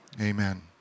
Amen